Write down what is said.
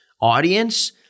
audience